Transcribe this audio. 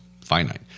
finite